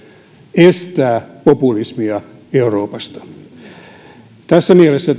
estävät populismia euroopassa tässä mielessä